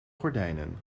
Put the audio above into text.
gordijnen